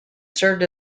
served